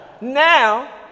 Now